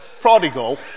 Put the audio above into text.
prodigal